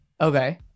Okay